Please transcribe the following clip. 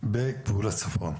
בגבול הצפון,